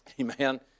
amen